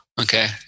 Okay